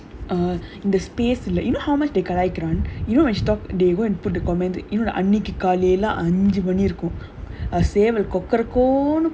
uh the space like you know how much they கலாய்க்கிறது:kalaaikirathu you know when she talk they go and put the comment you know the அன்னைக்கு காலைல அஞ்சு மணியிருக்கும் சேவல் கொக்கரக்கோனு:annaiku kaalaila anju mani irukkum seval kokarakonu